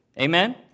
Amen